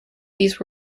these